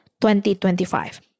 2025